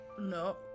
no